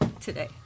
today